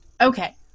okay